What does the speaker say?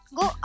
go